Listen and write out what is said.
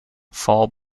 fall